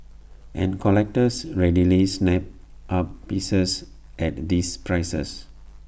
and collectors readily snap up pieces at these prices